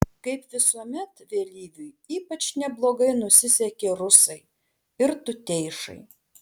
kaip visuomet vėlyviui ypač neblogai nusisekė rusai ir tuteišai